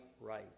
right